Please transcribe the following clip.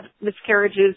miscarriages